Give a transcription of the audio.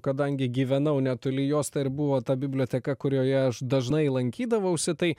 kadangi gyvenau netoli jos tą ir buvo ta biblioteka kurioje aš dažnai lankydavausi tai